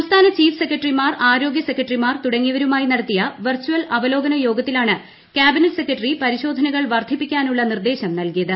സംസ്ഥാന ചീഫ് സെക്രട്ടറിമാർ ആരോഗ്യ സെക്രട്ടറിമാർ തുടങ്ങിയവരുമായി നടത്തിയ വെർച്ചൽ അവലോകന യോഗത്തിലാണ് ക്യാബിനറ്റ് സെക്രട്ടറി പരിശോധനകൾ വർദ്ധിപ്പിക്കാനുള്ള നിർദ്ദേശം നൽകിയത്